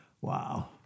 wow